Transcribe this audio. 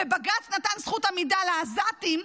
ובג"ץ נתן זכות עמידה לעזתים,